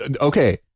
Okay